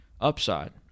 Upside